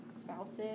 spouses